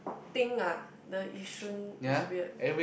think ah the Yishun is weird